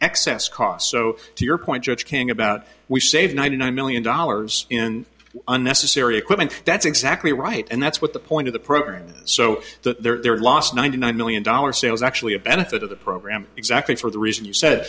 excess costs so to your point judge king about we saved ninety nine million dollars in unnecessary equipment that's exactly right and that's what the point of the program so that their last ninety nine million dollars sale is actually a benefit of the program exactly for the reason you said